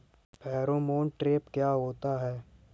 Pheromone trap क्या होता है?